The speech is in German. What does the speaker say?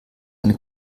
eine